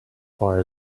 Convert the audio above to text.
far